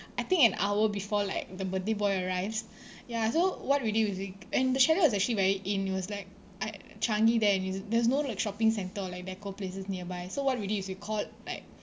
I think an hour before like the birthday boy arrives ya so what we did was we c~ and the chalet was actually very in it was like uh changi there and it's there's no like shopping centre or like decor places nearby so what did was we called like